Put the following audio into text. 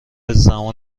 زمان